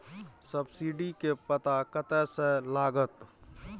Subsidy के पता कतय से लागत?